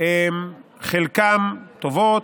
חלקן טובות,